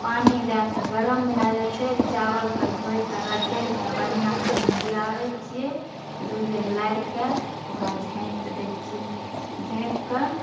पानि दए कऽ गरम भए जाइ छै चावल कऽ धोए कऽ रगड़ि कऽ बढ़िआँसंँ ओहिमे गिराबै छिऐ दू बेर लारि कऽ झाँपि दए छिऐ झाँपि कऽ